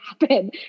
happen